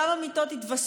כמה מיטות יתווספו?